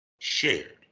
shared